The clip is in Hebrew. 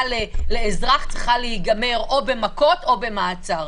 לאזרח צריכה להיגמר או במכות או במעצר.